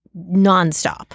nonstop